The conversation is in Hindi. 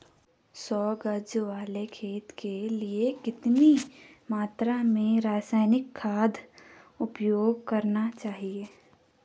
सौ गज वाले खेत के लिए कितनी मात्रा में रासायनिक खाद उपयोग करना चाहिए?